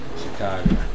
Chicago